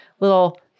little